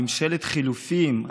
על ממשלת חילופים,